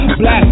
black